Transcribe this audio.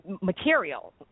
material